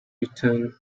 return